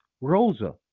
Rosa